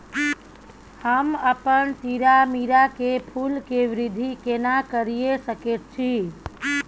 हम अपन तीरामीरा के फूल के वृद्धि केना करिये सकेत छी?